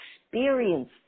experience